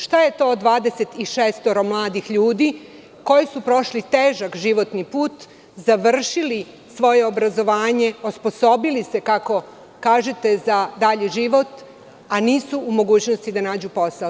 Šta je to 26 mladih ljudi koji su prošli težak životni put, završili svoje obrazovanje, osposobili se, kako kažete, za dalji život, a nisu u mogućnosti da nađu posao?